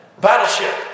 battleship